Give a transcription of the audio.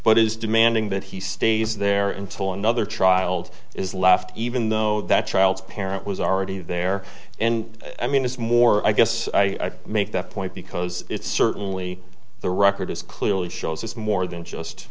but is demanding that he stays there until another child is left even though that child's parent was already there and i mean it's more i guess i make that point because it's certainly the record is clearly shows it's more than just